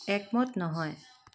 একমত নহয়